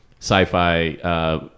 sci-fi